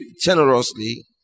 generously